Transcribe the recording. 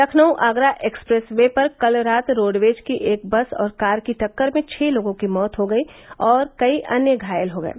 Lucknow Agra expressway पर कल रात रोडवेज की एक बस और कार की टक्कर में छह लोगों की मौत हो गयी और कई अन्य घायल हो गये